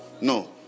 No